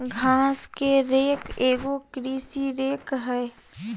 घास के रेक एगो कृषि रेक हइ